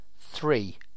three